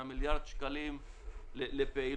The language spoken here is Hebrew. מתוך מיליארד שקלים לפעילות,